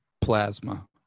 Plasma